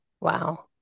Wow